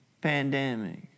pandemic